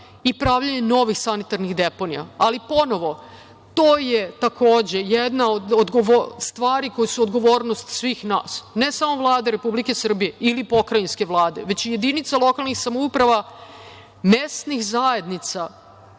i pravljenje novih sanitarnih deponija. Ali, ponovo, to je takođe jedan od stvari koje su odgovornost svih nas, ne samo Vlade Republike Srbije ili pokrajinske Vlade, već i jedinica lokalnih samouprava, mesnih zajednica